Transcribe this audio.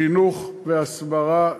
חינוך והסברה,